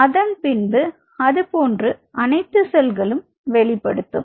அதன் பின்பு அது போன்று அனைத்து செல்களும் வெளிப்படுத்தும்